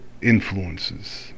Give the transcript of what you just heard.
influences